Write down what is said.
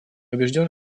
убежден